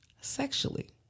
sexually